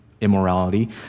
immorality